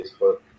Facebook